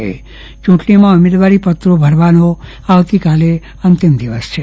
યુંટણીના ઉમેદવારીપત્રો ભરવાનો આવતીકાલે અંતિમ દિવસ છે